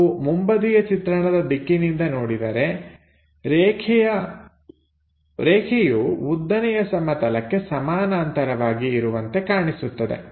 ನಾವು ಮುಂಬದಿಯ ಚಿತ್ರಣದ ದಿಕ್ಕಿನಿಂದ ನೋಡಿದರೆ ರೇಖೆಯು ಉದ್ದನೆಯ ಸಮತಲಕ್ಕೆ ಸಮಾನಾಂತರವಾಗಿ ಇರುವಂತೆ ಕಾಣಿಸುತ್ತದೆ